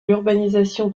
l’urbanisation